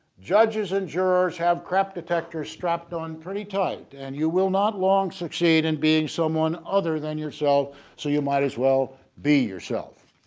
judges and jurors have crap detectors strapped on pretty tight and you will not long succeed in and being someone other than yourself so you might as well be yourself.